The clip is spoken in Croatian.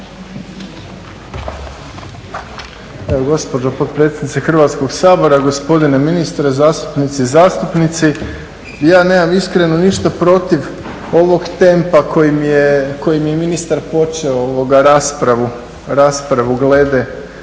Evo, gospođo potpredsjednice Hrvatskog sabora, gospodine ministre, zastupnice i zastupnici, ja nemam iskreno ništa protiv ovog tempa kojim je ministar počeo raspravu glede